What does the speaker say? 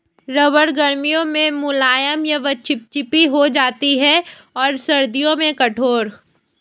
रबड़ गर्मियों में मुलायम व चिपचिपी हो जाती है और सर्दियों में कठोर